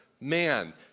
Man